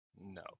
No